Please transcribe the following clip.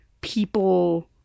people